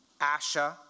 Asha